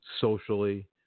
socially